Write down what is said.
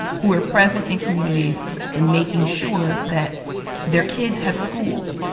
who are present in communities and making sure that their kids have schools,